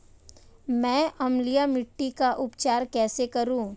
मैं अम्लीय मिट्टी का उपचार कैसे करूं?